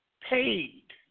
Paid